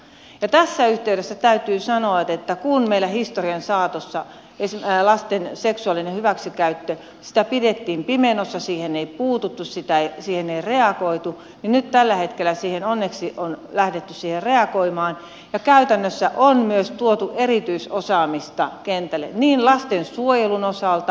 ja tässä yhteydessä täytyy sanoa että kun meillä historian saatossa lasten seksuaalista hyväksikäyttöä pidettiin pimennossa siihen ei puututtu siihen ei reagoitu niin nyt tällä hetkellä siihen onneksi on lähdetty reagoimaan ja käytännössä on myös tuotu erityisosaamista kentälle lastensuojelun osalta